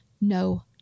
No